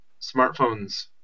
smartphones